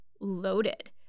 loaded